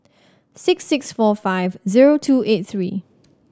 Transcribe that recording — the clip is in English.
six six four five zero two eight three